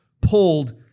pulled